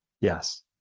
Yes